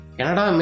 Canada